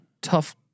tough